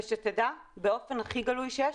ושתדע באופן הכי גלוי שיש,